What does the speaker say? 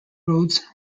roads